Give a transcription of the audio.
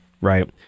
Right